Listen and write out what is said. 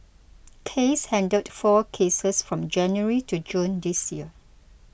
case handled four cases from January to June this year